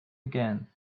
again